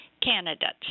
candidates